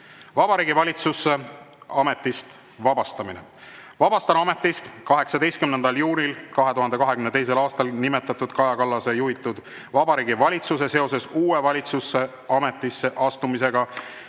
"Vabariigi Valitsuse ametist vabastamine. Vabastan ametist 18. juulil 2022 nimetatud Kaja Kallase juhitud Vabariigi Valitsuse seoses uue valitsuse ametisse astumisega